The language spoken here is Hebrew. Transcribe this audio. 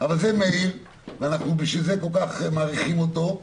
זה מאיר ובגלל זה אנחנו כל כך מעריכים אותו,